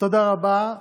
תודה רבה.